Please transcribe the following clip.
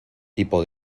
tipo